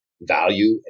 value